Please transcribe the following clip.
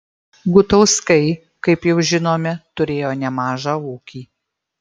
gutauskai kaip jau žinome turėjo nemažą ūkį